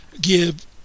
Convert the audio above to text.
give